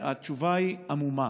והתשובה היא עמומה.